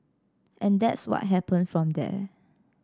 and that's what happened from there